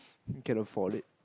can afford it